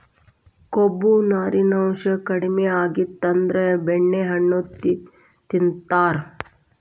ಕೊಬ್ಬು, ನಾರಿನಾಂಶಾ ಕಡಿಮಿ ಆಗಿತ್ತಂದ್ರ ಬೆಣ್ಣೆಹಣ್ಣು ತಿಂತಾರ